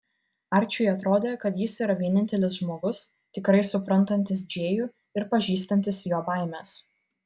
arčiui atrodė kad jis yra vienintelis žmogus tikrai suprantantis džėjų ir pažįstantis jo baimes